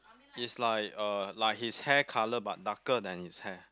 it's like uh like his hair colour but darker then his hair